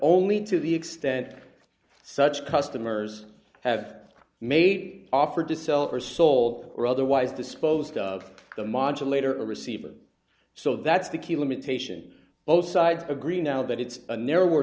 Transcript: only to the extent that such customers have made offer to sell their soul or otherwise disposed of the modulator receiver so that's the key limitation both sides agree now that it's a narrower